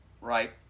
Right